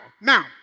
Now